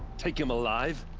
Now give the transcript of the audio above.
take him alive?